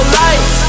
life